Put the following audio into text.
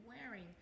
wearing